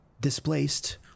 displaced